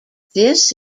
this